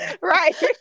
right